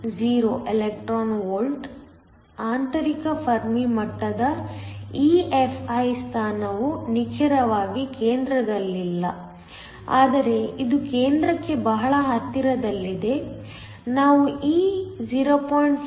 10 electron ವೋಲ್ಟ್ಗಳು ಆಂತರಿಕ Fermi ಮಟ್ಟದ EFi ಸ್ಥಾನವು ನಿಖರವಾಗಿ ಕೇಂದ್ರದಲ್ಲಿಲ್ಲ ಆದರೆ ಇದು ಕೇಂದ್ರಕ್ಕೆ ಬಹಳ ಹತ್ತಿರದಲ್ಲಿದೆ ನಾವು ಈ 0